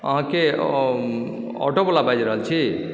अहाँ के ऑटोवला बाजि रहल छी